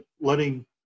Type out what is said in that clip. letting